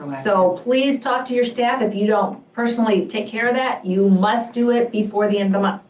so, please talk to your staff, if you don't personally take care of that, you must do it before the end but